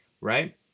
Right